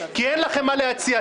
כי אין לכם מה להציע.